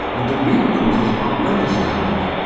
and the real causes are well established.